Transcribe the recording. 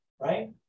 right